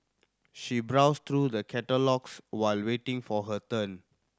she browsed through the catalogues while waiting for her turn